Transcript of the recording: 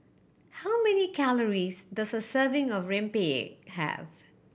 how many calories does a serving of rempeyek have